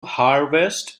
harvest